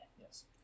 yes